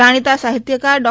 જાણીતા સાહિત્યકાર ડો